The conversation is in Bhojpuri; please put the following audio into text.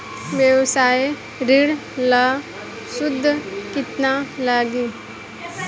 व्यवसाय ऋण ला सूद केतना लागी?